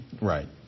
Right